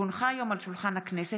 כי הונחה היום על שולחן הכנסת,